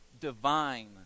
divine